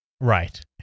Right